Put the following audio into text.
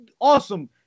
awesome